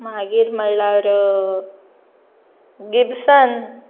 मागीर म्हणल्यार गिब्सन